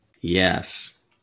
Yes